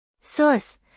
Source